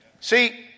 See